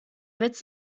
witz